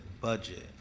budget